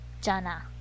Jana